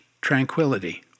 tranquility